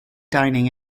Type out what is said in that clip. dining